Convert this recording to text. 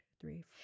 three